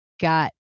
got